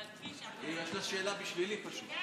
יש לה שאלה בשבילי, פשוט.